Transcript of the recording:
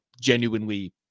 genuinely